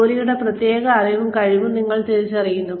ജോലിയുടെ പ്രത്യേക അറിവും കഴിവുകളും നിങ്ങൾ തിരിച്ചറിയുന്നു